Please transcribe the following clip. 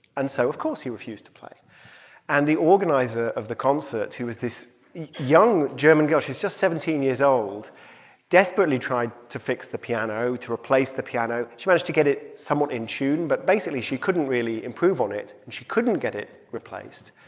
and so, of course, he refused to play and the organizer of the concert, who was this young german girl she's just seventeen years old desperately tried to fix the piano, to replace the piano. she managed to get it somewhat in tune, but basically she couldn't really improve on it. and she couldn't get it replaced.